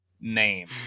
name